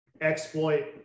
exploit